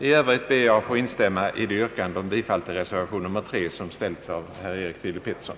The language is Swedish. I övrigt ber jag att få instämma i det yrkande om bifall till reservation nr 3 som ställts av herr Erik Filip Petersson.